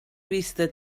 vista